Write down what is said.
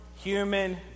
human